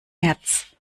märz